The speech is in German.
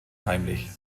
heimlich